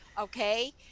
okay